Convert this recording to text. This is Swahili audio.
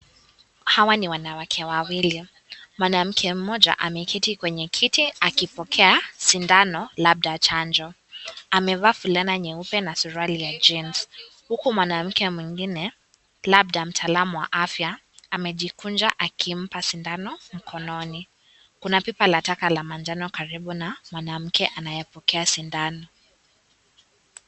Hawa ni wanawake wawili. Mwanamke mmoja ameketi kwenye kiti akipokea sindano labda chanjo. Amevaa fulana nyeupe na suruali ya jeans huku mwanamke mwingine, labda mtaalamu wa afya amejikunja akimpa sindano mkononi. Kuna pipa la taka la manjano karibu na mwanamke ambaye anapokea sindano.